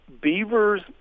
beavers